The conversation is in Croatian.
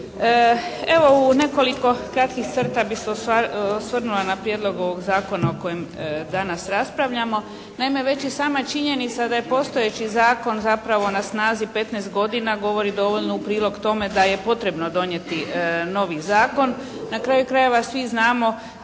Evo u nekoliko kratkih crta bih se osvrnula na Prijedlog ovog Zakona o kojem danas raspravljamo. Naime, već i sama činjenica da je postojeći Zakon zapravo na snazi 15 godina govori dovoljno u prilog tome da je potrebno donijeti novi Zakon. Na kraju krajeva svi znamo